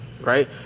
right